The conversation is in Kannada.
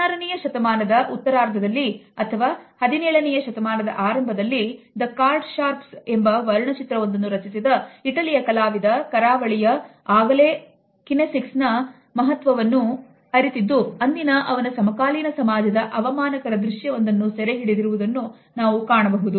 ಹದಿನಾರನೆಯ ಶತಮಾನದ ಉತ್ತರಾರ್ಧದಲ್ಲಿ ಅಥವಾ ಹದಿನೇಳನೆಯ ಶತಮಾನದ ಆರಂಭದಲ್ಲಿ The Cardsharps ಎಂಬ ವರ್ಣ ಚಿತ್ರವೊಂದನ್ನು ರಚಿಸಿದ ಇಟಲಿಯ ಕಲಾವಿದ ಕರಾವಳಿಯ ಆಗಲೇ ಕಿನೆಸಿಕ್ಸ್ ನ ಮಹತ್ವವನ್ನು ಅರಿತಿದ್ದು ಅಂದಿನ ಅವನ ಸಮಕಾಲೀನ ಸಮಾಜದ ಅವಮಾನಕರ ದೃಶ್ಯವೊಂದನ್ನು ಸೆರೆ ಹಿಡಿದಿರುವುದನ್ನು ನಾವು ಕಾಣಬಹುದು